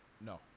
No